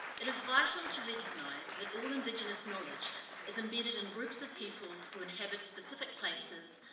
it is vital to recognize that all indigenous knowledge is embedded in groups of people who inhabit specific places.